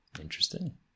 Interesting